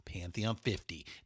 Pantheon50